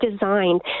designed